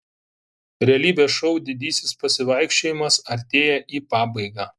realybės šou didysis pasivaikščiojimas artėja į pabaigą